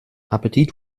appetit